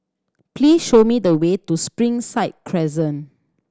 please show me the way to Springside Crescent